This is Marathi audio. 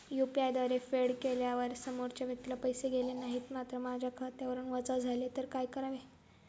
यु.पी.आय द्वारे फेड केल्यावर समोरच्या व्यक्तीला पैसे गेले नाहीत मात्र माझ्या खात्यावरून वजा झाले तर काय करावे?